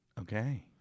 Okay